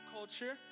Culture